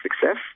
success